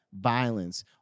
violence